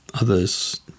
others